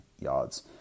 yards